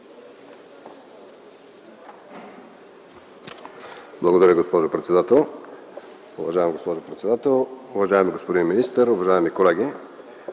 Благодаря, госпожо председател. Уважаема госпожо председател, уважаеми господин министър, уважаеми колеги!